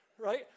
right